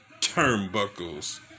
Turnbuckles